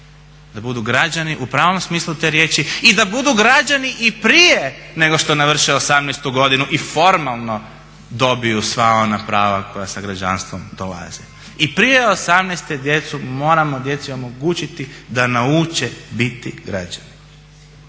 da budu građani u pravom smislu te riječi i da budu građani i prije nego što navrše 18 godinu i formalno dobiju sva ona prava koja sa građanstvom dolaze. I prije 18 djecu moramo, moramo djeci omogućiti da nauče biti građani.